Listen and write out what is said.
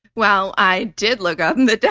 well, i did look up and the